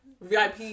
VIP